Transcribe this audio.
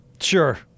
Sure